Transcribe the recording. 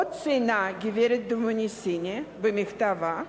עוד ציינה גברת דומיניסיני במכתבה,